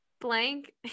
blank